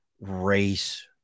race